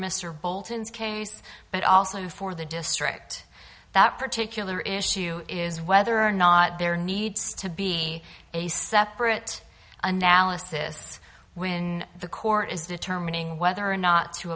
mr bolton's case but also for the district that particular issue is whether or not there needs to be a separate analysis when the court is determining whether or not to